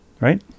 Right